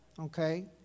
Okay